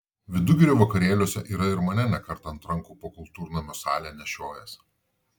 vidugirių vakarėliuose yra ir mane ne kartą ant rankų po kultūrnamio salę nešiojęs